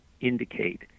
indicate